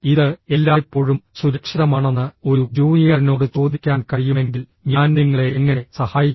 ഇത് എല്ലായ്പ്പോഴും സുരക്ഷിതമാണെന്ന് ഒരു ജൂനിയറിനോട് ചോദിക്കാൻ കഴിയുമെങ്കിൽ ഞാൻ നിങ്ങളെ എങ്ങനെ സഹായിക്കാം